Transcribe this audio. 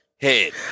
head